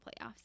playoffs